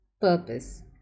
purpose